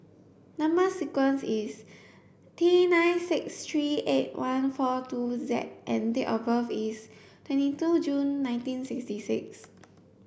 number sequence is T nine six three eight one four two Z and date of birth is twenty two June nineteen sixty six